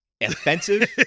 offensive